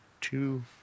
two